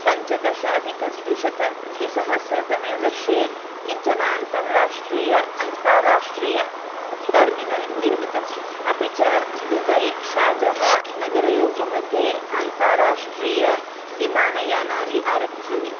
पञ्चदशाधिकद्विशत द्विसहस्र तमे वर्षे किञ्चन अन्तराष्ट्रिय टर्मिनल् निर्मितम् अपि च दुबै शार्जा नगरयोः मध्ये अन्तराष्ट्रियविमानयानानि आरब्धानि